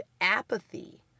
apathy